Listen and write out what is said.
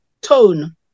tone